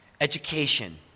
education